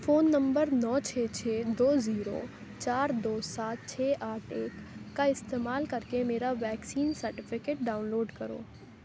phone number نو چھ چھ دو زیرو چار دو سات چھ آٹھ ایک کا استعمال کر کے میرا ویکسین سرٹیفکیٹ ڈاؤن لوڈ کرو